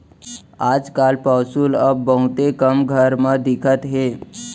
आज काल पौंसुल अब बहुते कम घर म दिखत हे